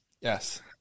Yes